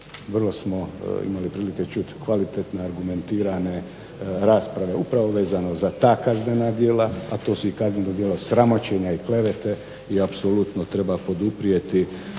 Vrlo smo imali prilike čuti kvalitetne, argumentirane rasprave upravo vezano za ta kaznena djela, a to su i kaznena djela sramoćenja i klevete i apsolutno treba poduprijeti